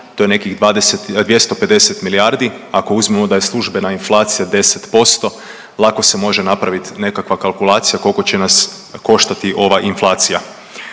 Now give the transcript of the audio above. to je nekih 250 milijardi, ako uzmemo da je službena inflacija 10% lako se može napravit nekakva kalkulacija koliko će nas koštati ova inflacija.